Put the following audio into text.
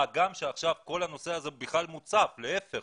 מה גם שעכשיו כל הנושא הזה מוצף ולהיפך,